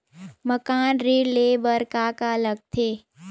मकान ऋण ले बर का का लगथे?